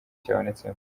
cyabonetsemo